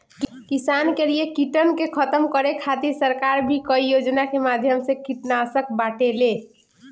किसानन के लिए कीटन के खतम करे खातिर सरकार भी कई योजना के माध्यम से कीटनाशक बांटेले